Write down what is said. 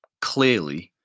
clearly